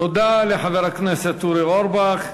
תודה לחבר הכנסת אורי אורבך.